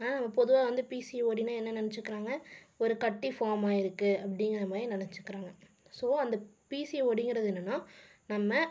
ஆனால் பொதுவாக வந்து பிசிஓடினா என்ன நினைச்சிக்கிறாங்க ஒரு கட்டி ஃபார்ம் ஆகியிருக்கு அப்படீங்கிற மாதிரி நினைச்சிக்கிறாங்க ஸோ அந்த பிசிஓடிங்கிறது என்னன்னா நம்ம